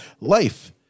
life